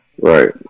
Right